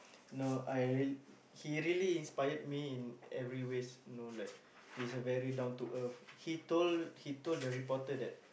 no I real~ he really inspired me in every ways you know like he's a very down to earth he told he told the reporter that